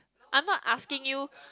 I am not asking you